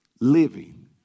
living